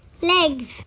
legs